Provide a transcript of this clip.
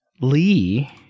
lee